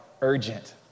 urgent